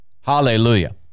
Hallelujah